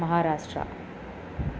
Maharashtra